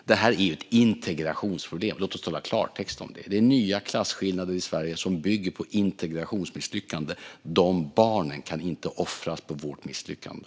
Detta är ett integrationsproblem. Låt oss tala klartext om det. Det är nya klasskillnader i Sverige som bygger på integrationsmisslyckanden. Dessa barn kan inte offras för vårt misslyckande.